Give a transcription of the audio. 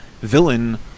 villain